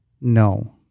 no